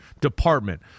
department